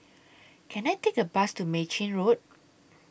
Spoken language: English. Can I Take A Bus to Mei Chin Road